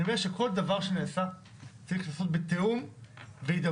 אני אומר שכל דבר נעשה צריך לעשות בתיאום והידברות